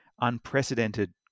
unprecedented